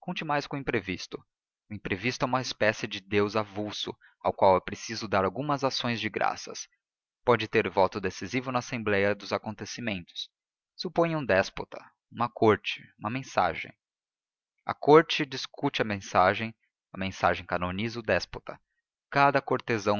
mais com o imprevisto o imprevisto é uma espécie de deus avulso ao qual é preciso dar algumas ações de graças pode ter voto decisivo na assembleia dos acontecimentos suponha um déspota uma corte uma mensagem a corte discute a mensagem a mensagem canoniza o déspota cada cortesão